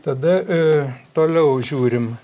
tada toliau žiūrim